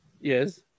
Yes